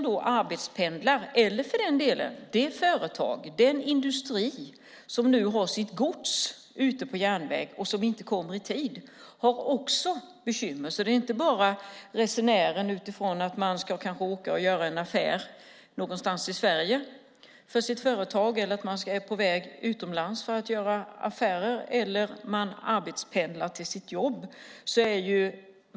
Det företag som har sitt gods ute på järnväg och inte får fram det i tid får också bekymmer. Det handlar alltså inte bara om de individer som kanske ska åka och göra en affär någonstans i Sverige eller utomlands eller arbetspendlar till sitt jobb.